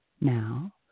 now